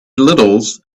littles